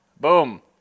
Boom